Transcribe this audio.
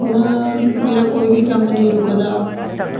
ਹੁਣ ਮੇਰਾ ਕੋਈ ਵੀ ਕੰਮ ਨਹੀਂ ਰੁਕਦਾ